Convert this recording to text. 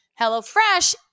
HelloFresh